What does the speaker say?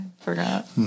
Forgot